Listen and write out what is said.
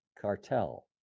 cartel